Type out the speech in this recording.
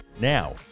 Now